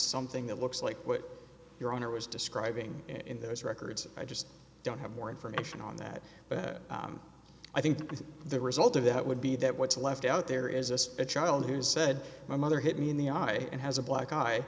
something that looks like what your honor was describing in those records i just don't have more information on that but i think the result of that would be that what's left out there is this a child who said my mother hit me in the eye and has a black